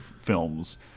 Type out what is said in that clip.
films